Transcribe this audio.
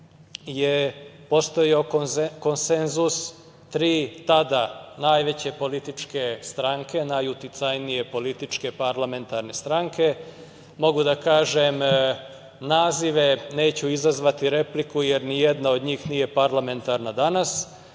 je postojao konsenzus tri tada najveće političke stranke, najuticajnije političke parlamentarne stranke. Mogu da kažem nazive, neću izazvati repliku jer nijedna od njih nije parlamentarna danas.